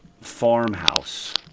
farmhouse